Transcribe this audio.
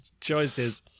choices